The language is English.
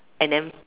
and then